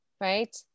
right